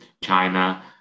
China